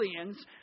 Aliens